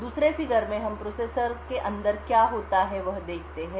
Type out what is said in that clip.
दूसरे फिगर में हम प्रोसेसर के अंदर क्या होता है वह दिखाते हैं